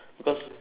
because